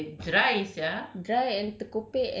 kau punya kulit boleh dry sia